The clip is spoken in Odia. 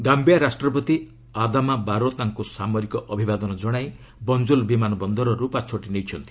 ଗାମ୍ପିଆ ରାଷ୍ଟ୍ରପତି ଅଦାମା ବାରୋ ତାଙ୍କୁ ସାମରିକ ଅଭିବାଦନ ଜଣାଇ ବଞ୍ଜୁଲ୍ ବିମାନ ବନ୍ଦରରୁ ପାଛୋଟି ନେଇଛନ୍ତି